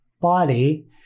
body